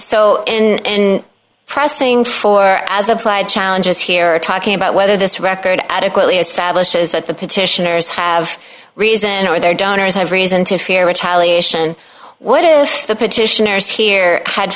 o in pressing for as applied challenges here are talking about whether this record adequately establishes that the petitioners have reason or their donors have reason to fear retaliation what is the petitioners here had